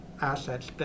assets